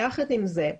יחד עם זאת,